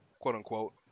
quote-unquote